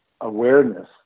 awareness